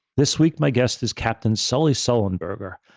this week, my guest is captain sully sullenberger,